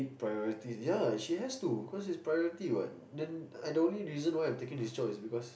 priorities ya she has to because it's priority what then the only reason why I'm taking this job is because